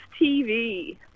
TV